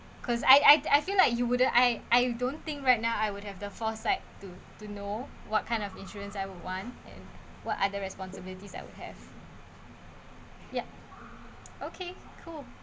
cause I I I feel like you wouldn't I I don't think right now I would have the foresight to to know what kind of insurance I would want and what other responsibilities I would have yup okay cool